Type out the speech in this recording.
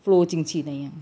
flow 进去那样